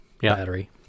battery